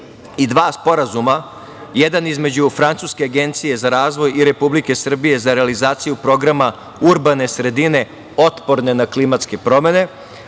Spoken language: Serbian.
i dva sporazuma. Jedan je između Francuske agencije za razvoj i Republike Srbije za realizaciju Programa urbane sredine otporne na klimatske promene,